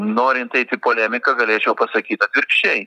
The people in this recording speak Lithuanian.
norint eit į polemiką galėčiau pasakyt atvirkščiai